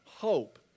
hope